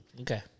Okay